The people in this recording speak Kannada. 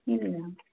ಇಲ್ಲ